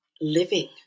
living